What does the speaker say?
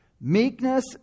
Meekness